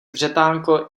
vřetánko